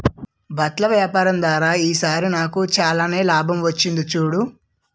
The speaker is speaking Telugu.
బట్టల వ్యాపారం ద్వారా ఈ సారి నాకు చాలానే లాభం వచ్చింది చూడు